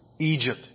Egypt